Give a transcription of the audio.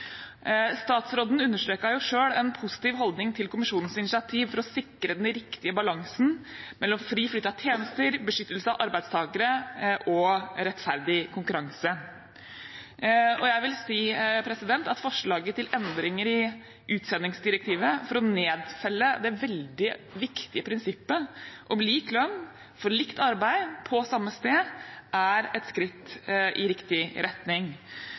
Statsråden understreket selv en positiv holdning til kommisjonens initiativ for å sikre den riktige balansen mellom fri flyt av tjenester, beskyttelse av arbeidstakere og rettferdig konkurranse. Jeg vil si at forslaget til endringer i utsendingsdirektivet for å nedfelle det veldig viktige prinsippet om lik lønn for likt arbeid på samme sted er et skritt i riktig retning.